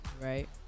Right